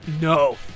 No